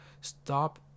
stop